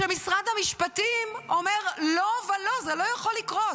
כשמשרד המשפטים אומר: לא ולא, זה לא יכול לקרות,